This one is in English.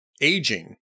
aging